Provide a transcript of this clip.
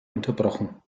unterbrochen